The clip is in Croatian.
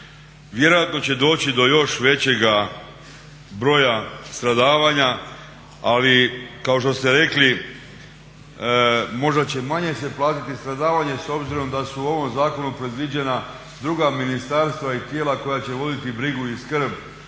vjerojatno će doći do još većeg broja stradavanja, ali kao što ste rekli možda će manje se platiti stradavanje s obzirom da su u ovom zakonu predviđena druga ministarstva i tijela koja će voditi brigu i skrb